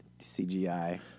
CGI